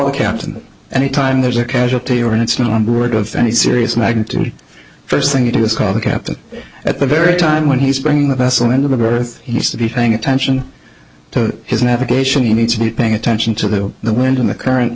a captain any time there's a casualty or and it's not on the word of any serious magnitude first thing you do is call the captain at the very time when he's bringing the vessel in the birth he needs to be paying attention to his navigation he needs to be paying attention to the the wind in the current